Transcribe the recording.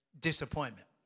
disappointment